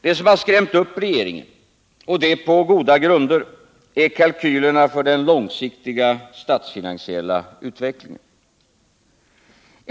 Det som har skrämt upp regeringen — och det på goda grunder — är kalkylerna för den långsiktiga statsfinansiella utvecklingen.